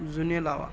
जुने लावा